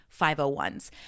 501s